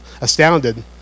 astounded